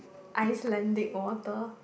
Icelandic water